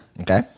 Okay